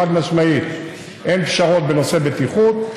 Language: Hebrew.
חד-משמעית אין פשרות בנושא בטיחות,